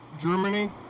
Germany